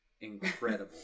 incredible